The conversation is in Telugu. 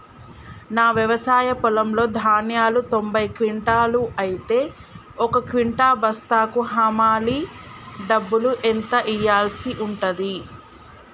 నా వ్యవసాయ పొలంలో ధాన్యాలు తొంభై క్వింటాలు అయితే ఒక క్వింటా బస్తాకు హమాలీ డబ్బులు ఎంత ఇయ్యాల్సి ఉంటది?